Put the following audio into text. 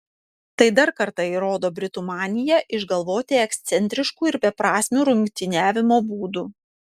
tai dar kartą įrodo britų maniją išgalvoti ekscentriškų ir beprasmių rungtyniavimo būdų